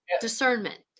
discernment